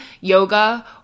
yoga